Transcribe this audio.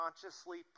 consciously